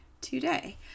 today